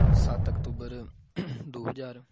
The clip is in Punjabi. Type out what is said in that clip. ਸੱਤ ਅਕਤੂਬਰ ਦੋ ਹਜ਼ਾਰ